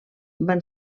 van